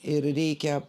ir reikia